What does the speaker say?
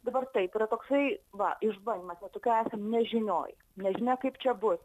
dabar taip yra toksai va išbandymas net tokioj esam nežinioj nežinia kaip čia bus